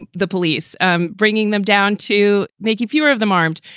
and the police um bringing them down to making fewer of them armed.